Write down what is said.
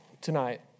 tonight